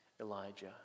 Elijah